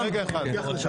רגע אחד.